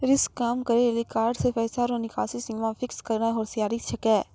risk कम करै लेली कार्ड से पैसा रो निकासी सीमा फिक्स करना होसियारि छिकै